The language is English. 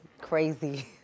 crazy